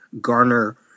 garner